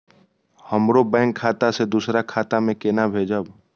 हमरो बैंक खाता से दुसरा खाता में केना भेजम?